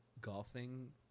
golfing